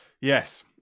Yes